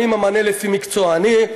אני ממנה לפי מקצועני.